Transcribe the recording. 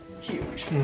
huge